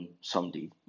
someday